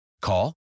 Call